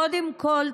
קודם כול,